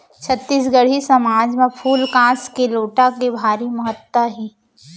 छत्तीसगढ़ी समाज म फूल कांस के लोटा के भारी महत्ता हे